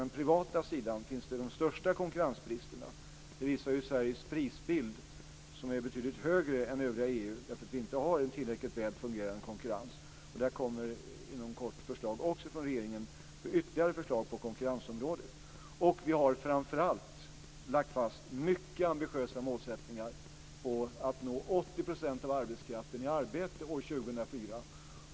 De största konkurrensbristerna finns på den privata sidan. Det visar Sveriges prisbild. Den är betydligt högre än i övriga EU, eftersom vi inte har en tillräckligt väl fungerande konkurrens. Det kommer också ytterligare förslag på konkurrensområdet från regeringen inom kort. Och framför allt har vi lagt fast mycket ambitiösa målsättningar om att 80 % av arbetskraften ska vara i arbete år 2004.